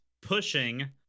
pushing